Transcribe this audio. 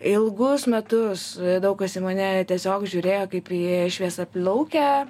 ilgus metus daug kas į mane tiesiog žiūrėjo kaip į šviesiaplaukę